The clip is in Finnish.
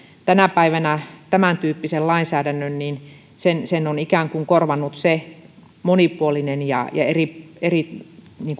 tänä päivänä tämäntyyppisen lainsäädännön on ikään kuin korvannut monipuolinen ja ja eri eri